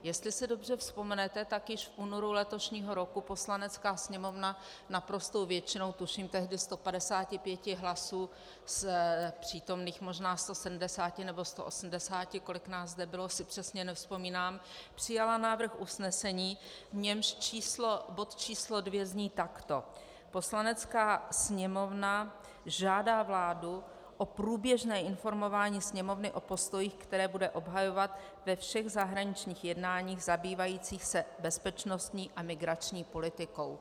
Jestli si dobře vzpomenete, tak již v únoru letošního roku Poslanecká sněmovna naprostou většinou, tuším tehdy 155 hlasy z přítomných možná 170 nebo 180, kolik nás zde bylo, si přesně nevzpomínám, přijala návrh usnesení, v němž bod č. 2 zní takto: Poslanecká sněmovna žádá vládu o průběžné informování Sněmovny o postojích, které bude obhajovat ve všech zahraničních jednáních zabývajících se bezpečnostní a migrační politikou.